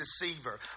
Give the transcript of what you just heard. deceiver